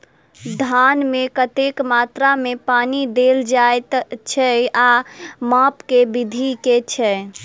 धान मे कतेक मात्रा मे पानि देल जाएँ छैय आ माप केँ विधि केँ छैय?